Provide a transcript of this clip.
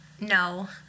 no